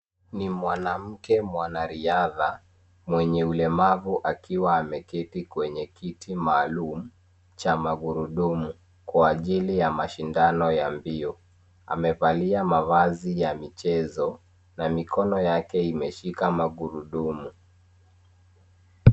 Ni mwanamke mwanariadha mwenye ulemavu akiwa ameketi kwenye kiti maalum cha magurudumu kwa ajili ya mashindano ya mbio. Amevalia mavazi ya michezo na mikono yake imeshika magurudumu.